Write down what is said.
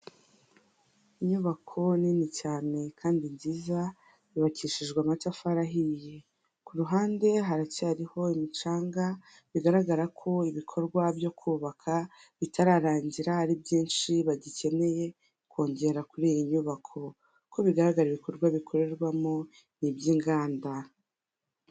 Inyubako nini cyane kandi nziza, yubakishijwe amatafari ahiye, ku ruhande haracyariho ibicanga, bigaragara ko ibikorwa byo kubaka, bitararangira ari byinshi bagikeneye kongera kuri iyi nyubako, uko bigaragara ibikorwa bikorerwamo n'iby'inganda.